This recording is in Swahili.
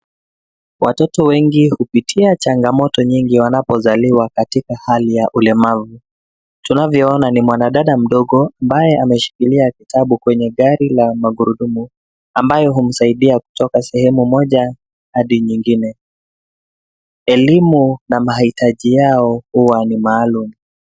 Watoto wengi hupitia changamoto nyingi wanapozaliwa katika hali ya ulemavu. Tunavyoona ni mwanadada mdogo ambaye ameshikilia kitabu kwenye gari la magurudumu, ambaye humsaidia kutoka sehemu moja hadi nyingine. Elimu na mahitaji yao huwa ni maalum.